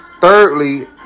Thirdly